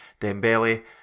Dembele